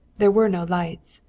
there were no lights.